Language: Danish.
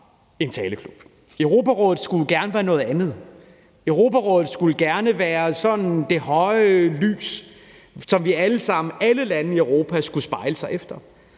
en taleklub. Europarådet skulle gerne være noget andet. Europarådet skulle gerne være sådan det høje lys, som vi alle sammen, alle lande i Europa, skulle pejle efter.